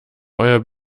euer